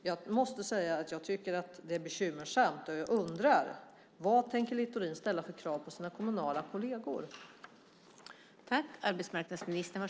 Jag måste säga att jag tycker att det är bekymmersamt. Jag undrar vad Littorin tänker ställa för krav på sina kommunala kolleger.